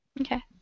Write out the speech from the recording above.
Okay